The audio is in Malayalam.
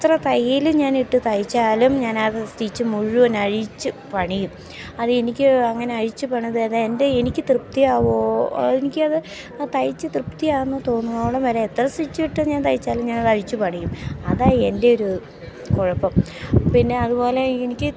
എത്ര തയ്യൽ ഞാനിട്ടു തയ്ച്ചാലും ഞാനത് സ്റ്റിച്ച് മുഴുവനഴിച്ച് പണിയും അത് എനിക്ക് അങ്ങനെ അഴിച്ചു പണിത് അത് എൻ്റെ എനിക്ക് തൃപ്തിയാവുമോ എനിക്കത് തയ്ച്ച് തൃപ്തിയാണെന്നു തോന്നുവോളം വരെ എത്ര സ്റ്റിച്ചിട്ട് ഞാൻ തയ്ച്ചാലും ഞാൻ അത് അഴിച്ചു പണിയും അതാണ് എൻ്റെ ഒരു കുഴപ്പം പിന്നെ അതുപോലെ എനിക്ക്